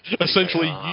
Essentially